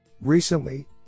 Recently